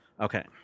Okay